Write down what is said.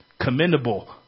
commendable